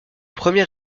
premier